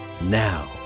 Now